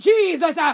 Jesus